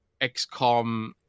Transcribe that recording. xcom